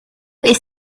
est